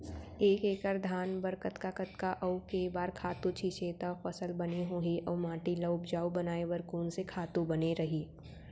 एक एक्कड़ धान बर कतका कतका अऊ के बार खातू छिंचे त फसल बने होही अऊ माटी ल उपजाऊ बनाए बर कोन से खातू बने रही?